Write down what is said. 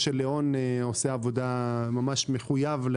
משה ליאון ממש מחויב.